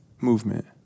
movement